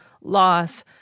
loss